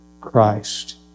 Christ